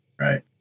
right